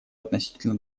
относительно